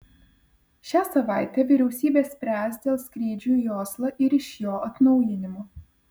šią savaitę vyriausybė spręs dėl skrydžių į oslą ir iš jo atnaujinimo